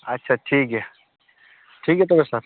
ᱟᱪᱷᱟ ᱴᱷᱤᱠ ᱜᱮᱭᱟ ᱴᱷᱤᱠ ᱜᱮᱭᱟ ᱛᱚᱵᱮᱨ ᱥᱟᱨ